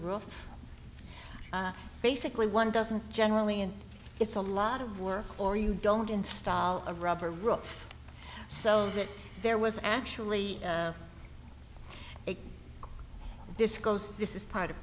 roof basically one doesn't generally and it's a lot of work or you don't install a rubber room so that there was actually this goes this is part of